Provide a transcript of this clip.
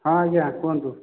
ହଁ ଆଜ୍ଞା କୁହନ୍ତୁ